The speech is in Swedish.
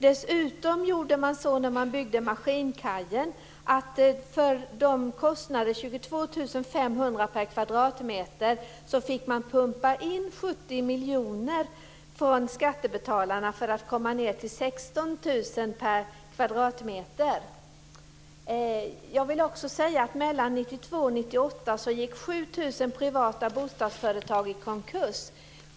Dessutom gjorde man så när man byggde Maskinkajen att man pumpade in 70 miljoner från skattebetalarna för att få ned kostnaderna från 22 500 kr per kvadratmeter till 16 000 kr per kvadratmeter. Mellan 1992 och 1998 gick 7 000 privata bostadsföretag i konkurs.